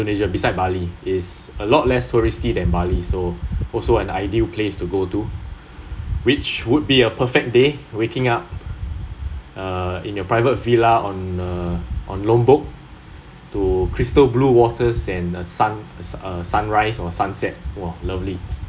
indonesia beside bali is a lot less touristy than bali so also an ideal place to go to which would be a perfect day waking up uh in your private villa on uh on lombok to crystal blue waters and uh sun uh sunrise or sunset !wah! lovely